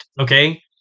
okay